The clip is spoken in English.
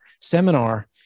seminar